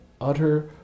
utter